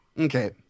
Okay